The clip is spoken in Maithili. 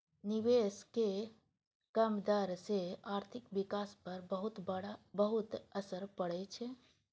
निवेशक कम दर सं आर्थिक विकास पर बहुत असर पड़ै छै